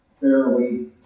fairly